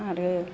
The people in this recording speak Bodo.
आरो